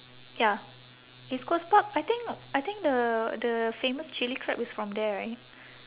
ya east coast park I think I think the the famous chili crab is from there right